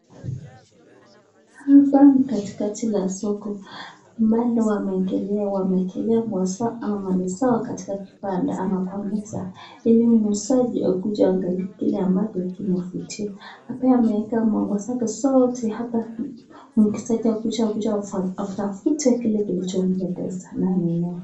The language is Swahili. Hapa ni katikati la soko ambalo wameeekelea, wameekelea nguo zao ama mali zao katika kibanda ama kwa meza ili muuzaji akuje aangalie kile ambacho kinavutia. Hapa ameeka manguo zake zote hapa mteja akuje akuje afa atafute kile kilichompendeza na anunue.